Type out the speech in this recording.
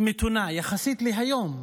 מתונה יחסית להיום,